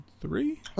three